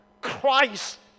Christ